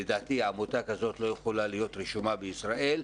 לדעתי עמותה כזאת לא יכולה להיות רשומה בישראל,